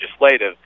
legislative